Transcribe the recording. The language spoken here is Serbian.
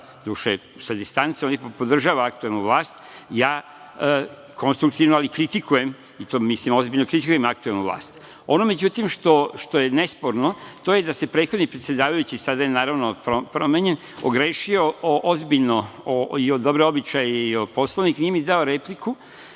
doduše sa distance, ali podržava aktuelnu vlast, a ja konstruktivno, ali kritikujem i to ozbiljno kritikujem aktuelnu vlast.Međutim, ono što je nesporno, to je da se prethodni predsedavajući, sada je naravno promenjen, ogrešio ozbiljno i o dobre običaje i o Poslovnik, nije mi dao repliku